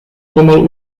pomalu